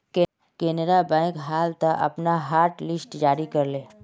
Canara bank हाल त अपनार हॉटलिस्ट जारी कर ले